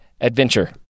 adventure